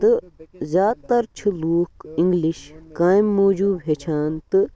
تہٕ زیادٕ تَر چھِ لوٗکھ اِنٛگلِش کامہِ موٗجوٗب ہیٚچھان تہٕ